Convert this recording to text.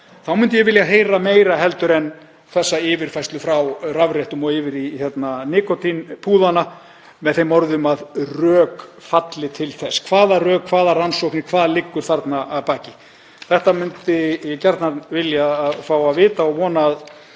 þá myndi ég vilja heyra meira heldur en þessa yfirfærslu frá rafrettum yfir í nikótínpúðanna með þeim orðum að rök falli til þess. Hvaða rök, hvaða rannsóknir, hvað liggur þarna að baki? Það myndi ég gjarnan vilja fá að vita og vona að